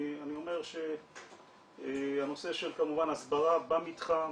אני אומר שהנושא של כמובן הסברה במתחם,